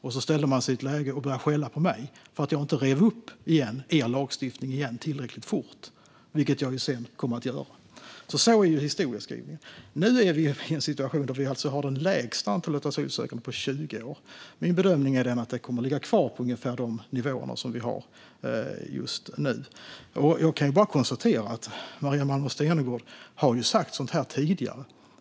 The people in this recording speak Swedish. Man ställde sig i ett läge och började skälla på mig för att jag inte rev upp lagstiftningen igen tillräckligt fort, vilket jag sedan kom att göra. Så är historieskrivningen. Nu är vi i en situation där vi alltså har det lägsta antalet asylsökande på 20 år. Min bedömning är det kommer att ligga kvar på ungefär de nivåer som vi har just nu. Jag kan bara konstatera att Maria Malmer Stenergard har sagt sådant här tidigare.